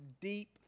deep